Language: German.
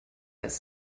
als